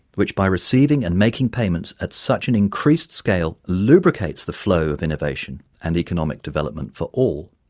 which by receiving and making payments at such an increased scale lubricates the flow of innovation and economic development for all,